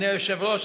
אדוני היושב-ראש,